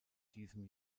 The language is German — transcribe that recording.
diesem